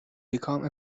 become